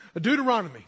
Deuteronomy